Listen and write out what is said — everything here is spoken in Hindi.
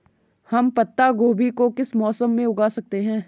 हम पत्ता गोभी को किस मौसम में उगा सकते हैं?